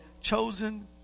chosen